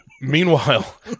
Meanwhile